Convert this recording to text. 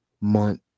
Month